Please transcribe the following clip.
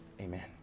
Amen